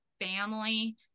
family